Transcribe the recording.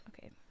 Okay